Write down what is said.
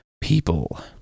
people